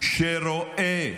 שרואה